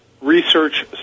Research